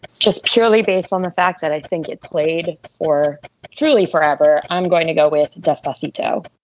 just purely based on the fact that i think it played or truly forever. i'm going to go with desktop ito